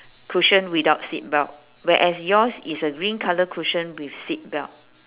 cushion without seat belt whereas yours is a green colour cushion with seat belt